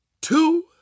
two